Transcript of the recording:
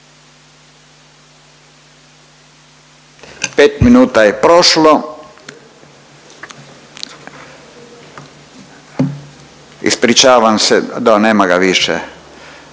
5 minuta je prošlo, ispričavam se, da nema ga više